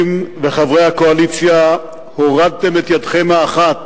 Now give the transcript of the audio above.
וחברי הקואליציה הורדתם את ידכם האחת